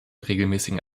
regelmäßigen